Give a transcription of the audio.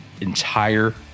entire